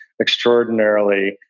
extraordinarily